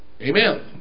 Amen